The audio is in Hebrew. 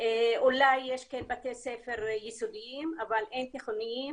אולי יש כן בתי ספר יסודיים, אבל אין תיכוניים